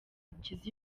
byiza